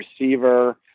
receiver